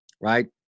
right